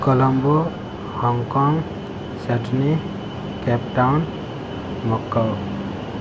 Colombo Hong Kong Sydney Cape Town Macao